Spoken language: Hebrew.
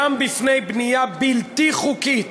גם בפני בנייה בלתי חוקית